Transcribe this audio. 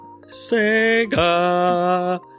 sega